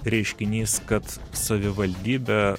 reiškinys kad savivaldybė